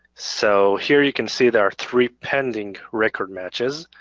so here you can see there are three pending record matches.